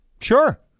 sure